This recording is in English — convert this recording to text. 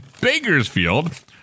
Bakersfield